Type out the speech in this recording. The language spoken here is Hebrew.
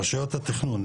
רשויות התכנון,